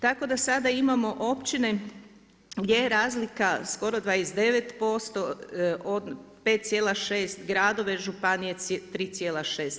Tako da sada imamo općine gdje je razlika skoro 29%, od 5,6, gradova, županije 3,6.